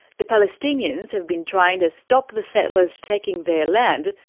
the palestinians have been trying to stop the settlers taking their land.